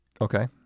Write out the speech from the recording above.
Okay